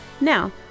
Now